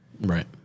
Right